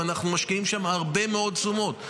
ואנחנו משקיעים שם הרבה מאוד תשומות.